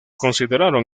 consideraron